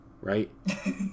right